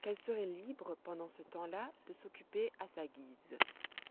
qu'elle serait libre pendant ce temps-là de s'occuper à sa guise